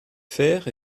faire